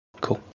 Cool